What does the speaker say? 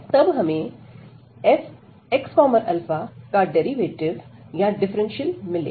तब हमें fxα का डेरिवेटिव या डिफरेंशियल मिलेगा